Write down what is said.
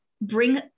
bring